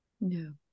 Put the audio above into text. No